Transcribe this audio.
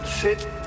sit